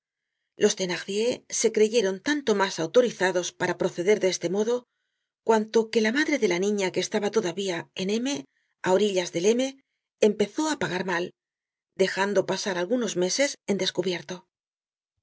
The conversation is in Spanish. los thenardier se creyeron tanto mas autorizados para proceder de este modo cuanto que la madre de la niña que estaba todavía en m á orillas del m empezó á pagar mal dejando pasar algunos meses en descubierto